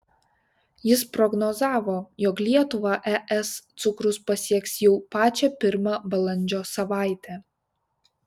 jis prognozavo jog lietuvą es cukrus pasieks jau pačią pirmą balandžio savaitę